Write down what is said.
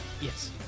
Yes